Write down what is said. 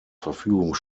verfügung